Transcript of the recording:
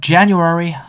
January